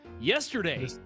yesterday